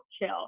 chill